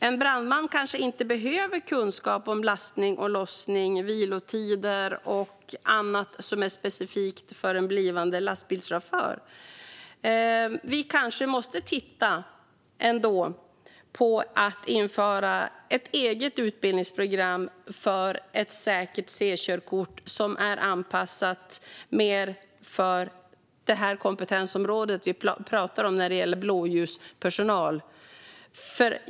En brandman kanske inte behöver kunskap om lastning och lossning, vilotider och annat som är specifikt för en blivande lastbilschaufför. Vi kanske måste titta på att införa ett eget utbildningsprogram för ett säkert C-körkort som är anpassat mer för det kompetensområde vi pratar om här, nämligen blåljuspersonal.